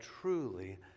truly